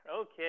Okay